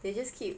they just keep